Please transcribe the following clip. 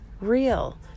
real